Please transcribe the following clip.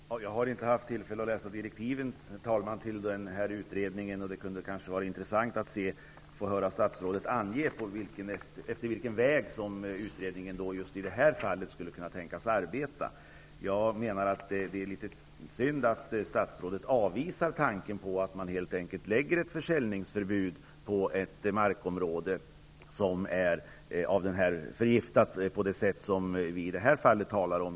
Herr talman! Jag har inte haft tillfälle att läsa direktiven till utredningen. Det skulle vara intressant att få höra statsrådet ange efter vilken linje utredningen i just det här fallet skulle kunna tänkas arbeta. Det är synd att statsrådet avvisar tanken att helt enkelt införa ett försäljningsförbud på ett markområde som är förgiftat på det sätt som det är fråga om i det här fallet.